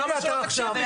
למה שלא תקשיב לי?